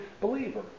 believer